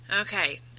Okay